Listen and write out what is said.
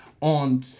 On